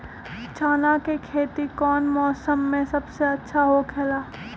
चाना के खेती कौन मौसम में सबसे अच्छा होखेला?